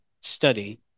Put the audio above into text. study